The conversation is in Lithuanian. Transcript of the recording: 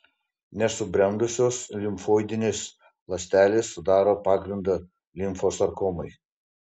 nesubrendusios limfoidinės ląstelės sudaro pagrindą limfosarkomai